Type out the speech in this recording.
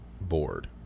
board